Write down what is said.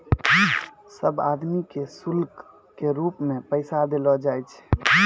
सब आदमी के शुल्क के रूप मे पैसा देलो जाय छै